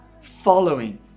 following